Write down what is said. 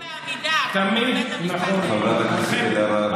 אולי לא בעמידה, אבל מול בית המשפט העליון.